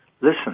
listen